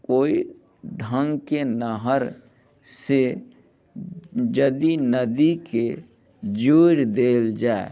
कोइ ढङ्गके नहर से यदि नदीके जोड़ि देल जाय